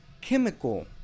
chemical